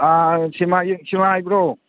ꯁꯤꯃꯥ ꯁꯤꯃꯥ ꯍꯥꯏꯕꯔꯣ